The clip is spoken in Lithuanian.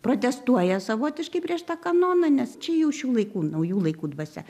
protestuoja savotiškai prieš tą kanoną nes čia jau šių laikų naujų laikų dvasia